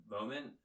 moment